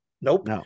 Nope